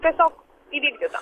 tiesiog įvykdyta